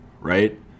right